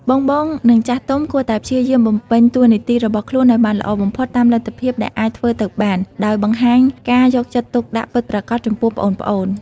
បងៗ និងចាស់ទុំគួរតែព្យាយាមបំពេញតួនាទីរបស់ខ្លួនឱ្យបានល្អបំផុតតាមលទ្ធភាពដែលអាចធ្វើទៅបាន ដោយបង្ហាញការយកចិត្តទុកដាក់ពិតប្រាកដចំពោះប្អូនៗ។